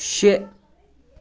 شےٚ